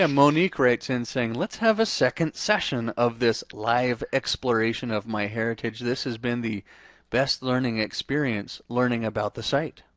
um monique writes in saying, let's have a second session of this live exploration of myheritage, this has been the best learning experience, learning about the site.